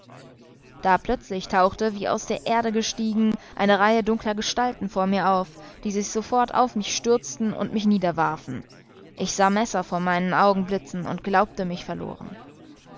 da plötzlich tauchte wie aus der erde gestiegen eine reihe dunkler gestalten vor mir auf die sich sofort auf mich stürzten und mich niederwarfen ich sah messer vor meinen augen blitzen und glaubte mich verloren